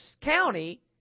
county